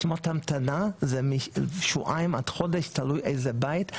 רשימות ההמתנה משבועיים עד חודש תלוי איזה בית.